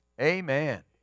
Amen